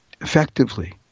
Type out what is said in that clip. effectively